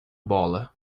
bola